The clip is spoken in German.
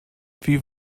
wie